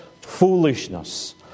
foolishness